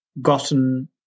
gotten